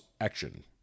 action